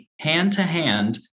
hand-to-hand